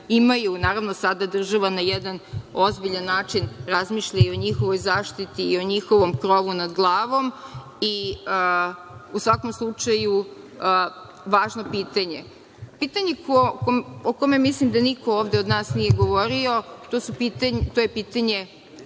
imaju, naravno sada država na jedan ozbiljan način razmišlja i o njihovoj zaštiti i o njihovom krovu nad glavom i u svakom slučaju važno je pitanje. Pitanje o kojem mislim da niko ovde od nas nije govorio, to je pitanje